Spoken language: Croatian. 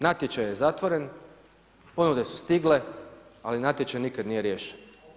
Natječaj je zatvoren, ponude su stigle, ali natječaj nikad nije riješen.